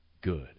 Good